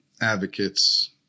advocates